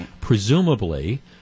presumably